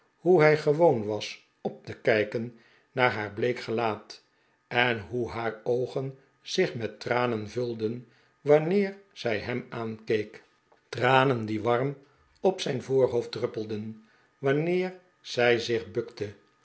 hoe hij gewoon was op te kijken naar haar bleek gelaat en hoe haar oogen zich met tranen vulden wanneer zij hem aankeek tranen die warm op zijn voorhoofd druppelden wanneer zij zich bukte